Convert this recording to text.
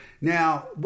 now